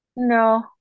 No